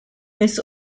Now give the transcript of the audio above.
this